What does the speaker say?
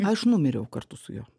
aš numiriau kartu su juo